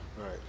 right